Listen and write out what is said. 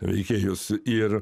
veikėjus ir